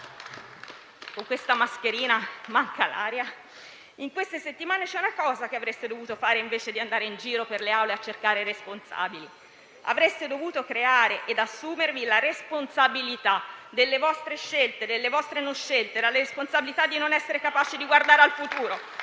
come suffisso futuro. In queste settimane c'è una cosa che avreste dovuto fare invece di andare in giro per le Aule parlamentari a cercare responsabili: avreste dovuto creare ed assumervi la responsabilità delle vostre scelte, delle vostre non scelte; la responsabilità di non essere capaci di guardare al futuro